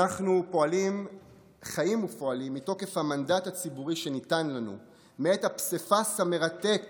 אנחנו חיים ופועלים מתוקף המנדט הציבורי שניתן לנו מאת הפסיפס המרתק